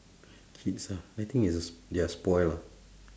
kids ah I think they're they are spoilt lah